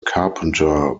carpenter